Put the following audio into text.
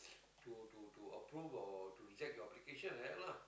to to to approve or to reject your application then lah